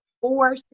four